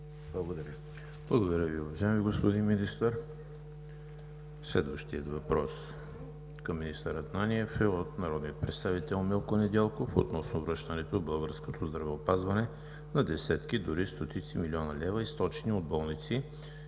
Благодаря Ви, уважаеми господин Министър. Следващият въпрос към министър Ананиев е от народния представител Милко Недялков относно връщането в българското здравеопазване на десетки, дори стотици милиона лева, източени от болници